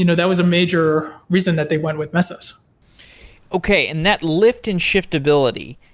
you know that was a major reason that they went with mesos okay. and that lift and shift ability,